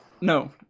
No